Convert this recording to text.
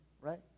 right